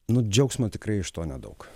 nu džiaugsmo tikrai iš to nedaug